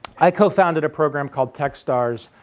i co-founded a program called techstars